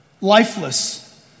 lifeless